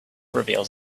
reveals